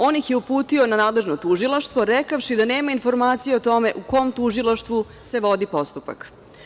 On ih je uputio na nadležno tužilaštvo rekavši da nema informacije o tome u kom tužilaštvu se vodi postupak.